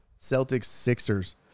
Celtics-Sixers